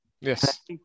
Yes